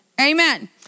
amen